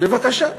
בבקשה,